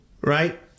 right